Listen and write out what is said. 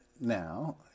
now